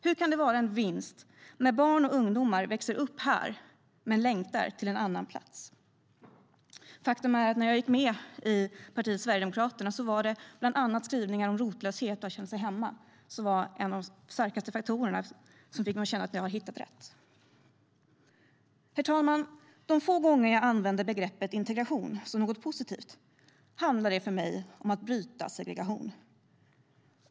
Hur kan det vara en vinst när barn och ungdomar växer upp här men längtar till en annan plats? Faktum är att när jag gick med i partiet Sverigedemokraterna var det bland annat skrivningar om rotlöshet och om att känna sig hemma som var en av de starkaste faktorerna för att jag kände att jag hade hittat rätt. Herr talman! De få gånger jag använder begreppet integration som något positivt handlar det för mig om att bryta segregation.